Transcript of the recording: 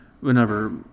whenever